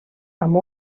amb